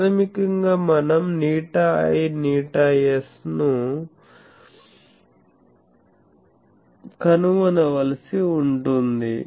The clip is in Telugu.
ప్రాథమికంగా మనం ηi ηs ను కనుగొనవలసి ఉంటుంది